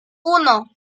uno